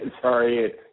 sorry